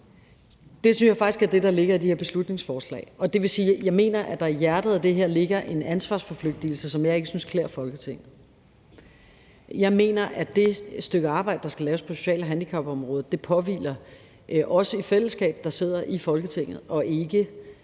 Det synes jeg faktisk er det, der ligger i de her beslutningsforslag, og det vil sige, at jeg mener, at der i hjertet af det her ligger en ansvarsforflygtigelse, som jeg ikke synes klæder Folketinget. Jeg mener, at det påhviler os, der sidder i Folketinget, at gøre det i fællesskab, og jeg opfatter det ikke